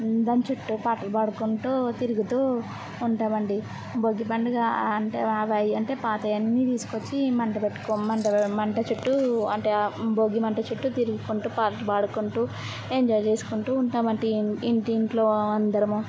దాని చుట్టూ పాటలు పాడుకొంటూ తిరుగుతూ ఉంటామండి భోగిపండుగా అంటే వై అంటే పాతవన్నీ తీసుకొచ్చి మంట పెట్టుకోమంటారు మంట చుట్టూ అంటే భోగిమంట చుట్టు తిరిగుకొంటు పాటలు పాడుకొంటు ఎంజాయ్ చేసుకుంటూ ఉంటామండి ఇం ఇంటింట్లో అందరమూ